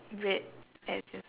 red edges